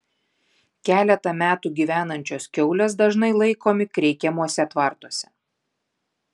keletą metų gyvenančios kiaulės dažnai laikomi kreikiamuose tvartuose